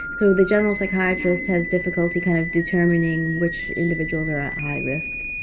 so the general psychiatrist has difficulty kind of determining which individuals are at high risk.